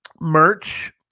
merch